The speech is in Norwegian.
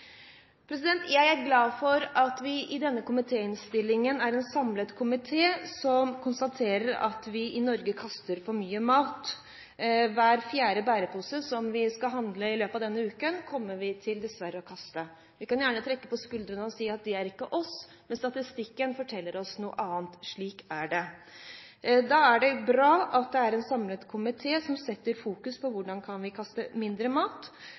Jeg er glad for at det i denne komitéinnstillingen er en samlet komité som konstaterer at vi i Norge kaster for mye mat. Hver fjerde bærepose som vi skal handle i løpet av denne uken, kommer vi dessverre til å kaste. Vi kan gjerne trekke på skuldrene og si at det er ikke oss, men statistikken forteller oss noe annet – slik er det. Da er det bra at det er en samlet komité som retter fokus mot hvordan vi kan kaste mindre. Da er mat-